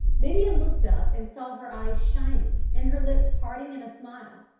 lydia looked up and saw her eyes shining and her lips parting in a smile.